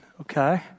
Okay